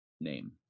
name